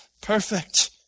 perfect